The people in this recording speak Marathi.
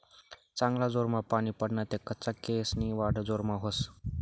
चांगला जोरमा पानी पडना ते कच्चा केयेसनी वाढ जोरमा व्हस